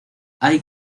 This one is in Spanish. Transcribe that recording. hay